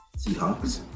Seahawks